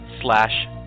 slash